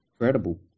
incredible